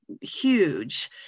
huge